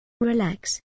Relax